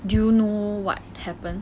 do you know what happen